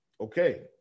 Okay